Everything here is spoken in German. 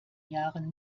jahren